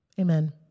Amen